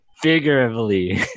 Figuratively